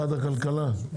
משרד הכלכלה,